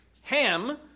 Ham